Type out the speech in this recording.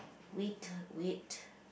wait wait